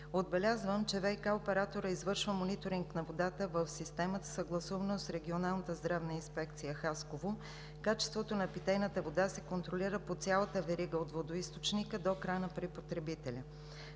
Отбелязвам, че ВиК операторът извършва мониторинг на водата в системата, съгласувано с Регионалната здравна инспекция – Хасково. Качеството на питейната вода се контролира по цялата верига от водоизточника до крана при потребителя.